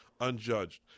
unjudged